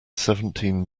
seventeen